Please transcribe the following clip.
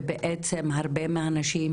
והרבה מהנשים